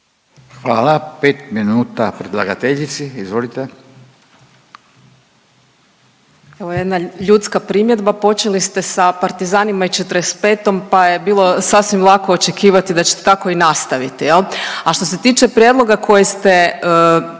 Hvala. 5 minuta predlagateljici, izvolite.